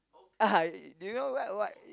do you know what what